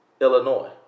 Illinois